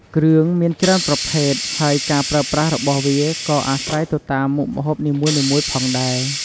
គ្រឿងមានច្រើនប្រភេទ ហើយការប្រើប្រាស់របស់វាក៏អាស្រ័យទៅតាមមុខម្ហូបនីមួយៗផងដែរ។